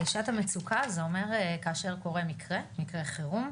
שעת המצוקה זה אומר שכאשר קורה מקרה חירום,